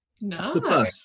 no